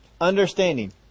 Understanding